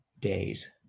days